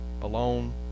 alone